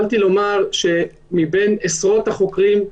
התחלתי לומר שמבין עשרות החוקרים,